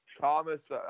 Thomas